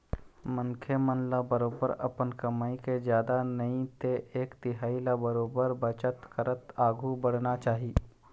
मनखे मन ल बरोबर अपन कमई के जादा नई ते एक तिहाई ल बरोबर बचत करत आघु बढ़ना चाही